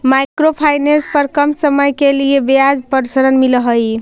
micro finance पर कम समय के लिए ब्याज पर ऋण मिलऽ हई